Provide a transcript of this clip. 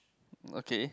okay